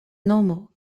nomo